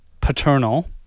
paternal